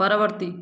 ପରବର୍ତ୍ତୀ